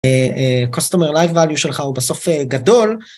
קוסטומר לייב ואליו שלך הוא בסוף גדול.